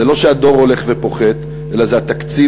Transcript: זה לא שהדור הולך ופוחת אלא זה התקציב,